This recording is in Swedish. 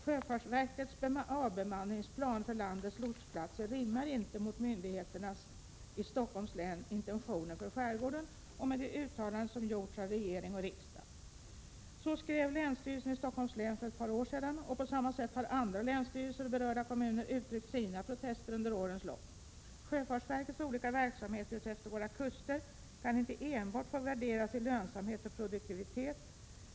Sjöfartsverkets avbemanningsplan för landets lotsplatser rimmar inte mot myndigheternas i Stockholms län intentioner för skärgården och med de uttalanden som gjorts av regering och riksdag.” Så skrev länsstyrelsen i Stockholms län för ett par år sedan, och på samma sätt har andra länsstyrelser och berörda kommuner uttryckt sina protester under årens lopp. Sjöfartsverkets olika verksamheter utefter våra kuster kan inte enbart få värderas i lönsamhet och produktivitet.